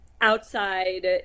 outside